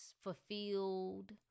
fulfilled